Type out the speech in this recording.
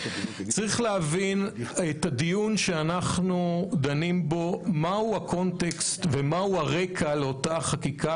צריך להבין מהו הקונטקסט ומהו הרקע לאותה חקיקה,